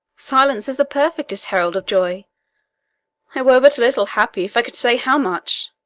silence is the perfectest herald of joy i were but little happy, if i could say how much.